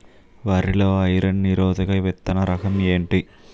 వరి లో ఐరన్ నిరోధక విత్తన రకం ఏంటి?